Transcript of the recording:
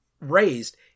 raised